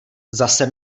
zase